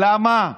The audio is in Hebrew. למה?